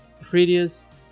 prettiest